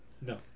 No